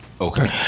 Okay